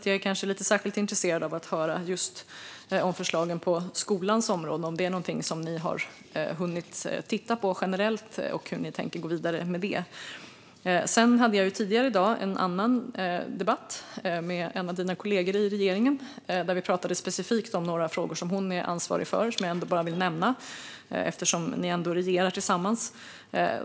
Jag är särskilt intresserad av att höra om förslagen på skolans område, om det är något som ni har hunnit titta på generellt och hur ni tänker gå vidare med det. Tidigare i dag hade jag en annan interpellationsdebatt med en av dina regeringskollegor där vi specifikt pratade om några frågor som hon är ansvarig för, och dessa vill jag nämna eftersom ni ändå regerar tillsammans.